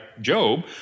Job